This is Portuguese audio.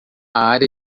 área